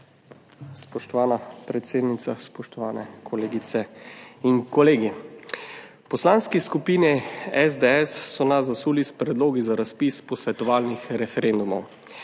Spoštovana predsednica, spoštovane kolegice in kolegi! V Poslanski skupini SDS so nas zasuli s predlogi za razpis posvetovalnih referendumov.